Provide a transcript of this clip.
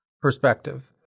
perspective